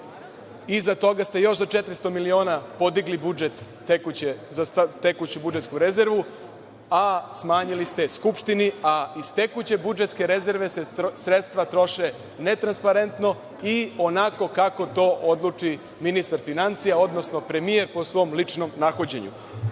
Iza toga ste još za 400 miliona podigli budžet za tekuću budžetsku rezervu, a smanjili ste Skupštini. A iz tekuće budžetske rezerve se sredstva troše netransparentno i onako kako to odluči ministar finansija, odnosno premijer, po svom ličnom nahođenju. Hoću